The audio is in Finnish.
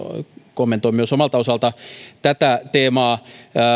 kommentoin myös omalta osaltani tätä teemaa